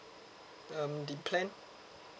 um the plan